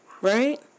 right